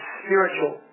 spiritual